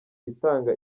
itanga